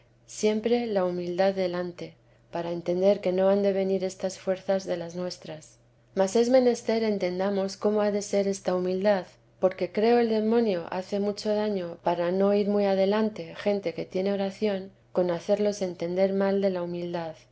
siempre la humildad delante para entender que no han de venir estas fuerzas de las nuestras mas es menester entendamos cómo ha de ser esta humildad porque creo el demonio hace mucho daño para no ir muy adelante gente que tiene oración con hacerlos entender mal de la humildad